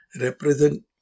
represent